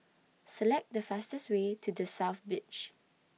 Select The fastest Way to The South Beach